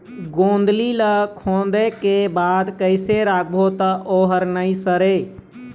गोंदली ला खोदे के बाद कइसे राखबो त ओहर नई सरे?